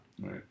Right